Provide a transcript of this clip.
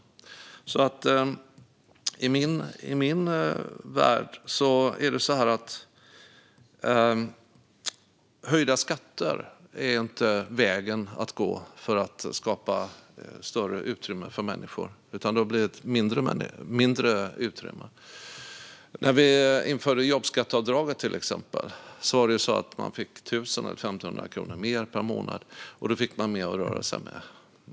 I min värld är höjda skatter inte rätt väg att gå för att skapa större utrymme för människor. Det ger i stället mindre utrymme. När vi införde jobbskatteavdraget fick människor 1 000 eller 1 500 kronor mer per månad, det vill säga mer att röra sig med.